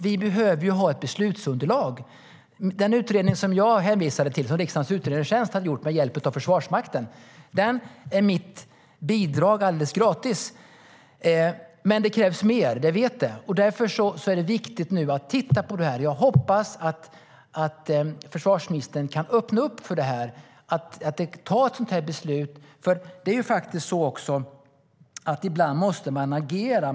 Vi behöver ju ha ett beslutsunderlag. Jag hoppas att försvarsministern kan öppna för att ta ett sådant här beslut. Ibland måste man agera.